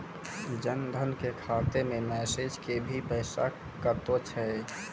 जन धन के खाता मैं मैसेज के भी पैसा कतो छ?